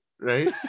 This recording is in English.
right